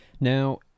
Now